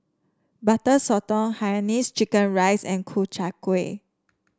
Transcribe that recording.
Butter Sotong Hainanese Chicken Rice and Ku Chai Kuih